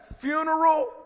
funeral